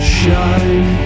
shine